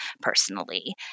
personally